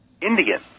Indian